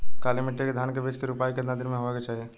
काली मिट्टी के धान के बिज के रूपाई कितना दिन मे होवे के चाही?